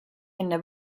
enne